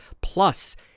plus